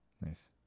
Nice